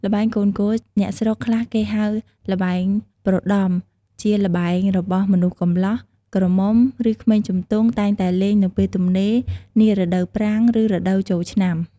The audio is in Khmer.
ល្បែងកូនគោល អ្នកស្រុកខ្លះគេហៅ ល្បែងប្រដំ ជាល្បែងរបស់មនុស្សកម្លោះ ក្រមុំ ឬក្មេងជំទង់ តែងតែលេងនៅពេលទំនេរ នារដូវប្រាំង ឬរដូវចូលឆ្នាំ ។